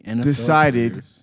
decided